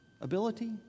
ability